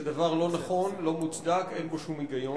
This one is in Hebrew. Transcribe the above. זה דבר לא נכון, לא מוצדק, אין בו שום היגיון.